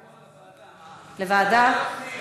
לא, לוועדה.